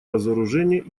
разоружения